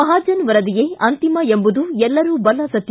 ಮಹಾಜನ್ ವರದಿಯೇ ಅಂತಿಮ ಎಂಬುದು ಎಲ್ಲರೂ ಬಲ್ಲ ಸತ್ತ